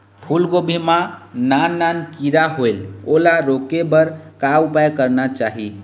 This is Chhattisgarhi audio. फूलगोभी मां नान नान किरा होयेल ओला रोके बर का उपाय करना चाही?